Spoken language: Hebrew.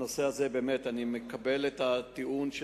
אני מקבל את הטיעון.